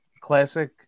classic